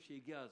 שהגיע הזמן,